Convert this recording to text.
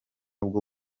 bwo